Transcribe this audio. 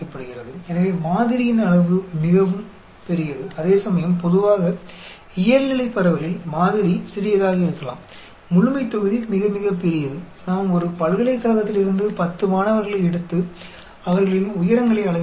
इसलिए यह जानने के लिए एक बहुत महत्वपूर्ण डिस्ट्रीब्यूशन भी है खासकर जीव विज्ञान के क्षेत्र में जैसा कि आप देख सकते हैं यह काफी उपयोगी है